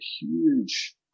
huge